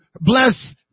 bless